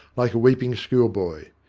like a weeping schoolboy.